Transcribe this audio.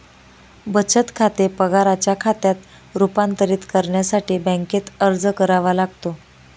बचत खाते पगाराच्या खात्यात रूपांतरित करण्यासाठी बँकेत अर्ज करावा लागतो